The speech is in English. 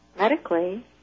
medically